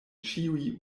ĉiuj